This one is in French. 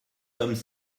hommes